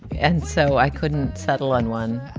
and so i couldn't settle on one,